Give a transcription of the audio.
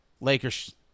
Lakers